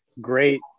Great